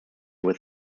with